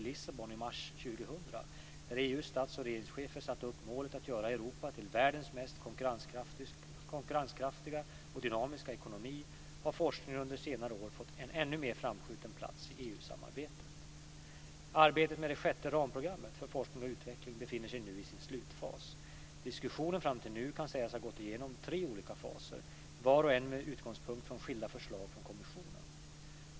Lissabon i mars 2000, där EU:s stats och regeringschefer satte upp målet att göra Europa till världens mest konkurrenskraftiga och dynamiska ekonomi, har forskningen under senare år fått en ännu mer framskjuten plats i EU-samarbetet. Arbetet med det sjätte ramprogrammet för forskning och utveckling befinner sig nu i sin slutfas. Diskussionen fram till nu kan sägas ha gått genom tre olika faser, var och en med utgångspunkt från skilda förslag från kommissionen.